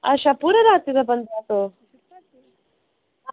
अच्छा पूरी रातीं दा पंदरां सौ